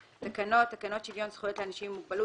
"תקנות" - תקנות שוויון זכויות לאנשים עם מוגבלות